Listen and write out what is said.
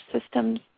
systems